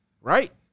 Right